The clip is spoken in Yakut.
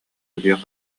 кутуйах